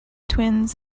twins